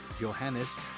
Johannes